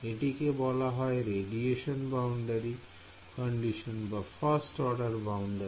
এটিকে বলা হয় রেডিয়েশন বাউন্ডারি কন্ডিশন বা 1st অর্ডার বাউন্ডারি